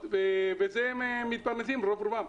ומזה הם מתפרנסים, רוב רובם.